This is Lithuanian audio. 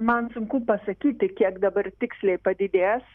man sunku pasakyti kiek dabar tiksliai padidės